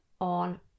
on